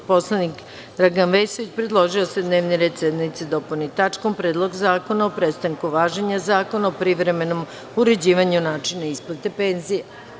Narodni poslanik Dragan Vesović predložio je da se dnevni red sednice dopuni tačkom Predlog zakona o prestanku važenja Zakona o privremenom uređivanju načina isplate penzija.